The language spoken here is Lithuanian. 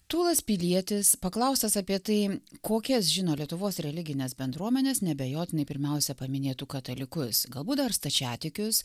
tūlas pilietis paklaustas apie tai kokias žino lietuvos religines bendruomenes neabejotinai pirmiausia paminėtų katalikus galbūt dar stačiatikius